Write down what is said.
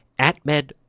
AtMed